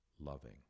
loving